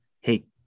Hey